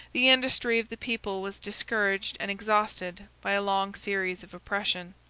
the industry of the people was discouraged and exhausted by a long series of oppression.